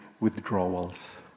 withdrawals